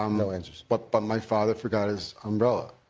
um no answers. but but my father forgot his umbrella,